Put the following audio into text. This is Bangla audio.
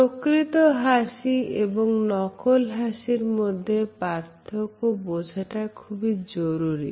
প্রকৃত হাসি এবং নকল হাসির মধ্যে পার্থক্য বোঝাটা খুবই জরুরী